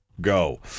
go